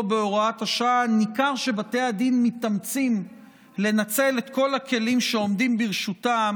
בהוראת השעה, מתאמצים לנצל את כל הכלים שעומדים לרשותם